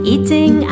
Eating